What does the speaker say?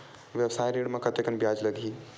व्यवसाय ऋण म कतेकन ब्याज लगही?